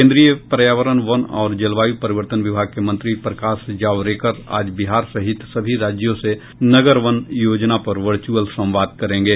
केन्द्रीय पर्यावरण वन और जलवायु परिवर्तन विभाग के मंत्री प्रकाश जावड़ेकर आज बिहार सहित सभी राज्यों से नगर वन योजना पर व्यूअल संवाद करेंगे